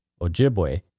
Ojibwe